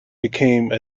became